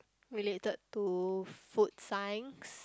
related to food science